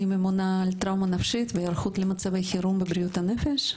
אני ממונה על טראומה נפשית והיערכות למצבי חירום בבריאות הנפש,